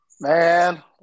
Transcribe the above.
Man